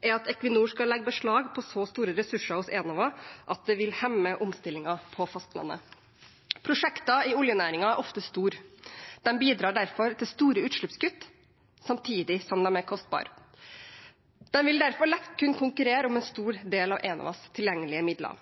er at Equinor skal legge beslag på så store ressurser hos Enova at det vil hemme omstillingen på fastlandet. Prosjekter i oljenæringen er ofte store. De bidrar derfor til store utslippskutt, samtidig som de er kostbare. De vil derfor lett kunne konkurrere om en stor del av Enovas tilgjengelige midler.